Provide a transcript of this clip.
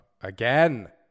again